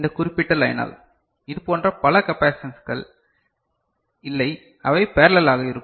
இந்த குறிப்பிட்ட லைனால் இதுபோன்ற பல கெபாசிடன்ஸ்கள் இல்லை அவை போரல்லலாக இருக்கும்